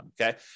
okay